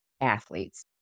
athletes